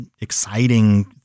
exciting